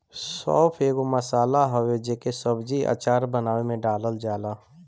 सौंफ एगो मसाला हवे जेके सब्जी, अचार बानवे में डालल जाला